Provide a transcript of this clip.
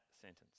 sentence